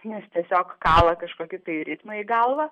nes tiesiog kala kažkokį tai ritmą į galvą